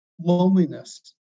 loneliness